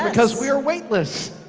because we're weightless.